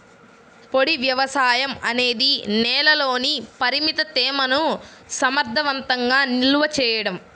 పొడి వ్యవసాయం అనేది నేలలోని పరిమిత తేమను సమర్థవంతంగా నిల్వ చేయడం